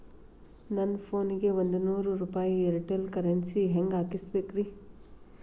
ನನ್ನ ಫೋನಿಗೆ ಒಂದ್ ನೂರು ರೂಪಾಯಿ ಏರ್ಟೆಲ್ ಕರೆನ್ಸಿ ಹೆಂಗ್ ಹಾಕಿಸ್ಬೇಕ್ರಿ?